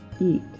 eat